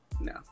no